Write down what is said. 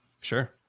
Sure